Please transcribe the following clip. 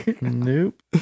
nope